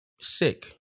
sick